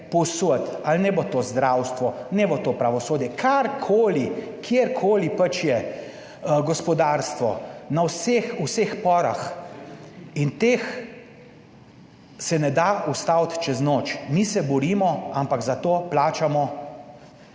povsod, ali naj bo to zdravstvo, naj bo to pravosodje, karkoli, kjerkoli pač je gospodarstvo, v vseh porah. In teh se ne da ustaviti čez noč. Mi se borimo, ampak za to plačamo